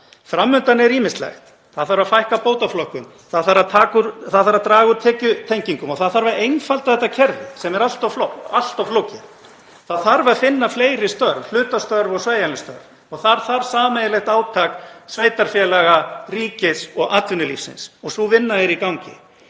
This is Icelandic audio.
Fram undan er ýmislegt. Það þarf að fækka bótaflokkum, það þarf að draga úr tekjutengingum og það þarf að einfalda þetta kerfi sem er allt of flókið. Það þarf að finna fleiri störf, hlutastörf og sveigjanleg störf, og þar þarf sameiginlegt átak sveitarfélaga, ríkis og atvinnulífsins. Og sú vinna er í gangi.